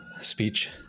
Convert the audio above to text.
speech